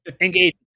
engage